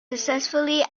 successfully